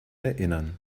erinnern